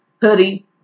Hoodie